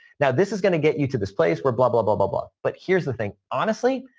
now, this is going to get you to this place where blah, blah, blah, blah, blah. but here's the thing. honestly,